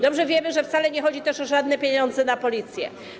Dobrze wiemy, że wcale nie chodzi też o żadne pieniądze na Policję.